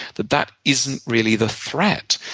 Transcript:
that that isn't really the threat.